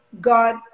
God